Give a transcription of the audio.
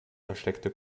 versteckte